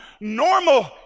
normal